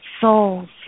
souls